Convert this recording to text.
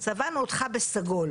צבענו אותך בסגול.